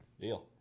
Deal